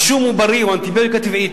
השום הוא בריא, הוא אנטיביוטיקה טבעית.